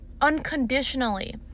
unconditionally